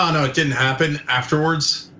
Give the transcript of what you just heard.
ah no, it didn't happen afterwards,